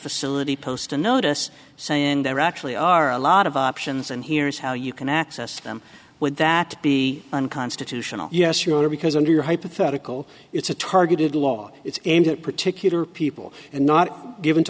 facility post a notice saying there actually are a lot of options and here is how you can access them would that be unconstitutional yes you are because under your hypothetical it's a targeted law it's aimed at particular people and not given to